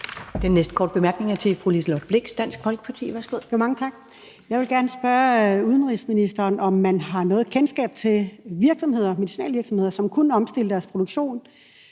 Den næste korte bemærkning er til fru Liselott Blixt, Dansk Folkeparti. Værsgo. Kl. 13:14 Liselott Blixt (DF): Mange tak. Jeg vil gerne spørge udenrigsministeren, om man har noget kendskab til medicinalvirksomheder, som kunne omstille deres produktion.